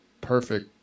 perfect